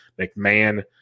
McMahon